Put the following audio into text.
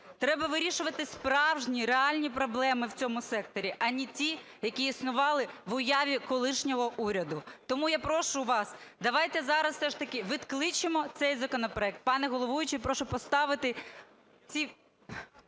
Треба вирішувати справжні, реальні проблеми в цьому секторі, а не ті, які існували в уяві колишнього уряду. Тому я прошу вас, давайте зараз все ж таки відкличемо цей законопроект. Пане головуючий, прошу поставити ці